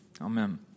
Amen